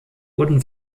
wurden